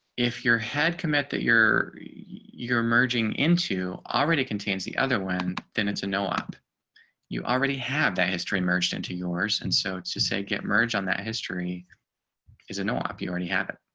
if your head commit that you're you're merging into already contains the other one, one, then it's a no op you already have that history merged into yours. and so to say get merged on that history is a no op you already happen.